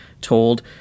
told